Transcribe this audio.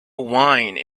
wine